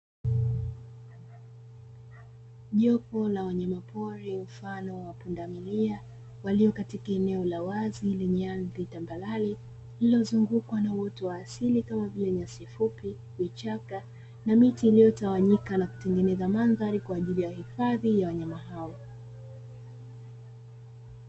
Jopo la wanyama pori mfano wa pundamilia walio katika eneo la wazi lenye ardhi tambarare lililozungukwa na uoto wa asili kama vile: nyasi fupi, vichaka na miti iliyotawanyika na kutengeneza mandhari kwa ajili ya hifadhi ya wanyama hao.